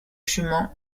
chemin